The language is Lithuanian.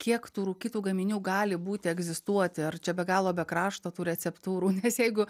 kiek tų rūkytų gaminių gali būti egzistuoti ar čia be galo be krašto tų receptūrų nes jeigu